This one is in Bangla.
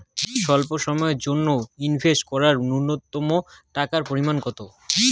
স্বল্প সময়ের জন্য ইনভেস্ট করার নূন্যতম টাকার পরিমাণ কত?